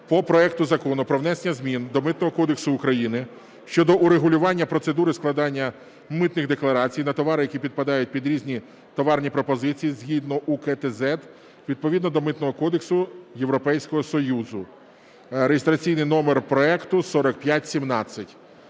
по проекту Закону про внесення змін до Митного кодексу України щодо урегулювання процедури складання митних декларацій на товари, які підпадають під різні товарні пропозиції згідно з УКТЗЕД, відповідно до Митного кодексу Європейського Союзу (реєстраційний номер проекту 4517).